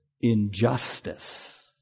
injustice